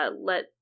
let